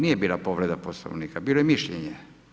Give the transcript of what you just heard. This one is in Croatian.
Nije bila povreda Poslovnika, bilo je mišljenje.